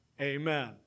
Amen